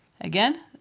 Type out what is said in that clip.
Again